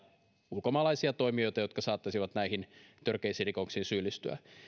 ulkomaalaisia toimijoita jotka saattaisivat näihin törkeisiin rikoksiin syyllistyä